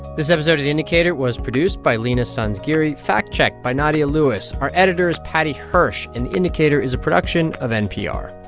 this episode of the indicator was produced by leena sanzgiri, fact-checked by nadia lewis. our editor is paddy hirsch. and the indicator is a production of npr